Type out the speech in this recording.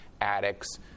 addicts